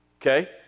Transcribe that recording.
okay